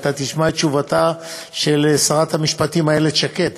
אבל אתה תשמע את תשובתה של שרת המשפטים איילת שקד.